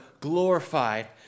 glorified